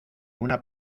una